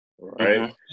right